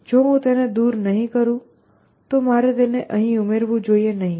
જો હું તેને દૂર નહીં કરું તો મારે તેને અહીં ઉમેરવું જોઈએ નહીં